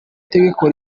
tegeko